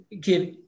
give